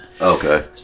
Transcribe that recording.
Okay